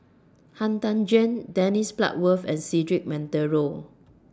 Han Tan Juan Dennis Bloodworth and Cedric Monteiro